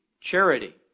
Charity